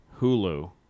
Hulu